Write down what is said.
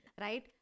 right